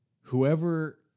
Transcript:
whoever